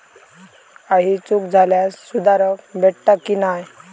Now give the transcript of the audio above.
काही चूक झाल्यास सुधारक भेटता की नाय?